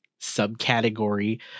subcategory